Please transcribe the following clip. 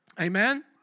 Amen